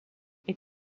est